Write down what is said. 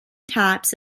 types